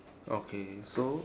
okay so